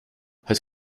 het